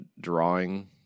drawing